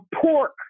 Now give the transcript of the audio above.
pork